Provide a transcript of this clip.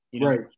Right